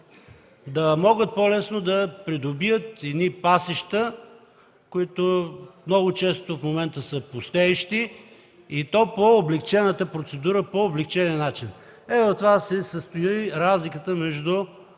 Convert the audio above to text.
да могат по-лесно да придобият едни пасища, които много често в момента са пустеещи, и то по облекчената процедура, по облекчения начин. Ето, в това се състои разликата между